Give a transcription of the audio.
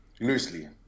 Loosely